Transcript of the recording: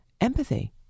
empathy